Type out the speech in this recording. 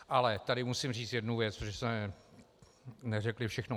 Ale tady musím říct jednu věc, protože jsme neřekli všechno.